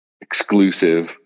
exclusive